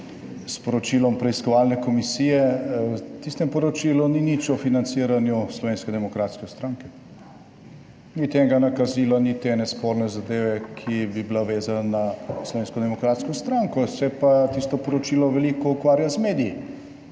s poročilom preiskovalne komisije. V tistem poročilu ni nič o financiranju Slovenske demokratske stranke, niti enega nakazila, niti ene sporne zadeve, ki bi bila vezana na Slovensko demokratsko stranko, se pa tisto poročilo veliko ukvarja z mediji,